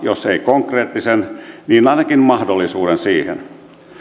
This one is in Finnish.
jos eivät konkreettista niin ainakin mahdollisuuden siihen